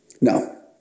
No